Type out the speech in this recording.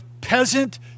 peasant